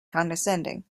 condescending